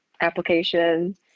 application